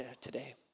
today